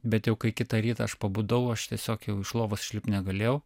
bet jau kai kitą rytą aš pabudau aš tiesiog jau iš lovos išlipt negalėjau